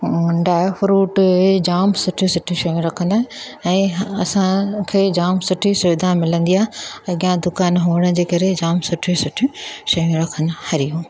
ऐं dry fruit इहे जाम सुठियूं सुठियूं शयूं रखंदा आहिनि ऐं असांखे जाम सुठी सुविधा मिलंदी आहे अॻियां दुकान हुअण जे करे जाम सुठियूं सुठियूं शयूं रखनि हरीओम